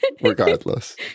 Regardless